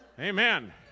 amen